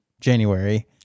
January